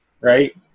right